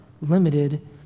limited